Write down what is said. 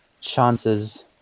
chances